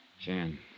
Jan